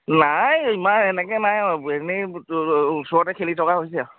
নাই ইমান এনেকৈ নাই আৰু এনেই ওচৰতে খেলি থকা হৈছে আৰু